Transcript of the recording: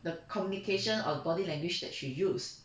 the communication of body language that she use